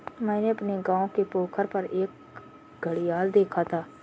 मैंने अपने गांव के पोखर पर एक घड़ियाल देखा था